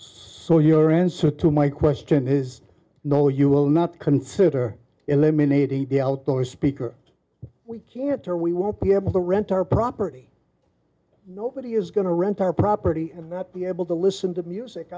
so your answer to my question is no you will not consider eliminating the outdoor speaker week year after we won't be able to rent our property nobody is going to rent our property not be able to listen to music